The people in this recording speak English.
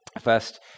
First